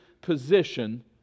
position